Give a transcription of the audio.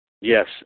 Yes